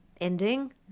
ending